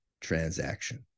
transaction